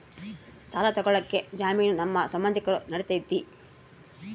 ಸಾಲ ತೊಗೋಳಕ್ಕೆ ಜಾಮೇನು ನಮ್ಮ ಸಂಬಂಧಿಕರು ನಡಿತೈತಿ?